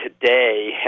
today